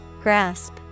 Grasp